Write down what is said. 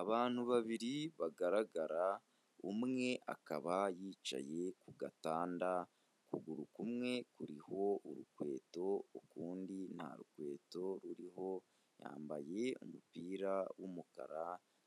Abantu babiri bagaragara, umwe akaba yicaye ku gatanda, ukuguru kumwe kuriho urukweto ukundi ntarukweto ruriho, yambaye umupira w'umukara